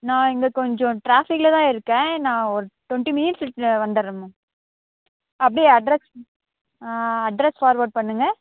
நான் இங்கே கொஞ்சம் டிராஃபிக்கில் தான் இருக்கேன் நான் ஒரு டுவெண்ட்டி மினிட்ஸ் இருக்கு வந்துடுறேம்மா அப்படியே அட்ரஸ் அட்ரஸ் ஃபார்வேட் பண்ணுங்கள்